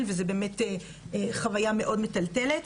זו באמת חוויה מאוד מטלטלת.